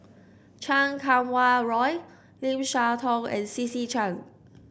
Chan Kum Wah Roy Lim Siah Tong and C C Chan